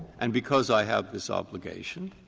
and because i have this obligation,